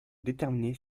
déterminer